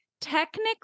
Technically